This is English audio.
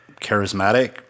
charismatic